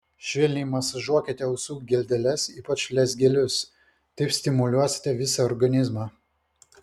švelniai masažuokite ausų geldeles ypač lezgelius taip stimuliuosite visą organizmą